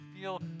feel